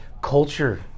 culture